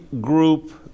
group